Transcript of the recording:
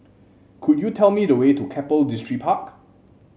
could you tell me the way to Keppel Distripark